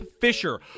Fisher